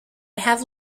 have